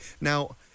Now